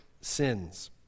sins